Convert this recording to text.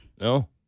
No